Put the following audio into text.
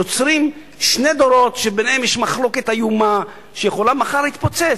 יוצרים שני דורות שיש ביניהם מחלוקת איומה שיכולה מחר להתפוצץ.